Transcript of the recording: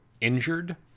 injured